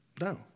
no